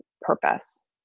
purpose